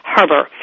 Harbor